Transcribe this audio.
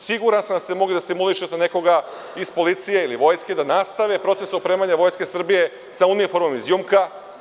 Siguran sam da ste mogli da stimulišete nekoga iz policije ili vojske da nastave proces opremanja Vojske Srbije sa uniformama iz „Jumka“